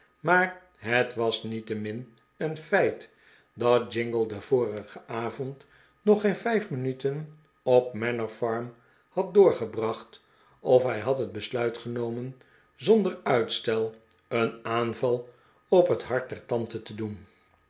maar het was niettemin een feit dat jingle den vorigen avond nog geen vijf minuten op manor farm had doorgebracht of hij had het besluit genomen zonder uitstel een aanval op het hart der tante te doen